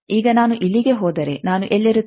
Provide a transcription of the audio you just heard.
ಈಗ ನಾನು ಇಲ್ಲಿಗೆ ಹೋದರೆ ನಾನು ಎಲ್ಲಿರುತ್ತೇನೆ